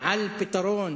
על פתרון